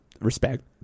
respect